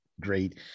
great